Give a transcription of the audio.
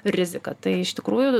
rizika tai iš tikrųjų